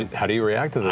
how do you react to this?